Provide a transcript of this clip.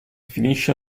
finisce